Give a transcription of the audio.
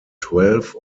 twelve